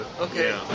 okay